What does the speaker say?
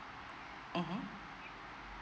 mmhmm